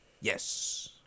Yes